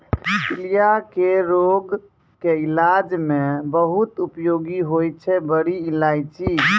पीलिया के रोग के इलाज मॅ बहुत उपयोगी होय छै बड़ी इलायची